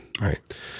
Right